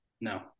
No